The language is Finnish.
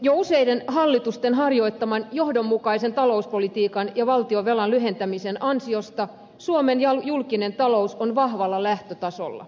jo useiden hallitusten harjoittaman johdonmukaisen talouspolitiikan ja valtionvelan lyhentämisen ansiosta suomen julkinen talous on vahvalla lähtötasolla